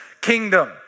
kingdom